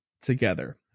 together